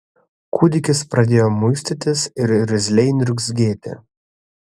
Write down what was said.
kūdikis pradėjo muistytis ir irzliai niurzgėti